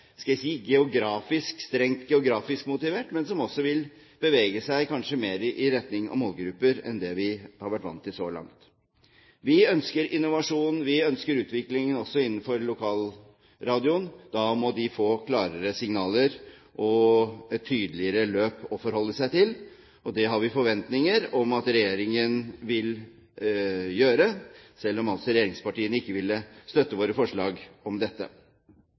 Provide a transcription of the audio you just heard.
strengt geografisk motivert, men som også vil bevege seg kanskje mer i retning av målgrupper enn det vi har vært vant til så langt. Vi ønsker innovasjon, og vi ønsker også utvikling innenfor lokalradioen. Da må de få klarere signaler og et tydeligere løp å forholde seg til. Det har vi forventninger til at regjeringen vil komme med, selv om regjeringspartiene ikke ville støtte våre forslag om dette.